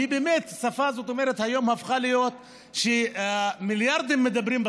והיא באמת הפכה להיות היום שפה שמיליארדים מדברים בה,